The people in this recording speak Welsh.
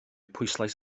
pwyslais